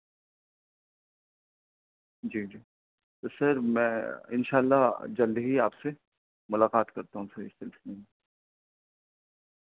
جی جی تو سر میں ان شاء اللہ جلد ہی آپ سے ملاقات کرتا ہوں پھر اس سلسلے میں